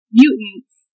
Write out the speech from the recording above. mutants